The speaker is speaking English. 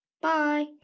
Bye